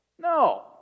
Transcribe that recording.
No